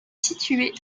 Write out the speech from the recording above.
situé